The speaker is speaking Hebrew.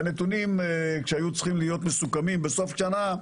כשנתונים היו צריכים להיות מסוכמים בסוף שנה,